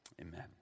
amen